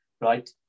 right